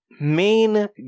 main